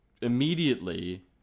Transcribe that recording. immediately